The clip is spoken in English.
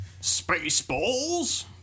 Spaceballs